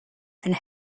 and